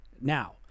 Now